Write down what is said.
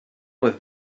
with